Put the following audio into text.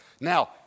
Now